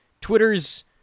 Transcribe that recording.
Twitter's